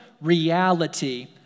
reality